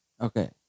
Okay